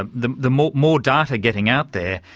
ah the the more more data getting out there,